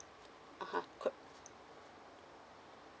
(uh huh) could